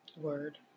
Word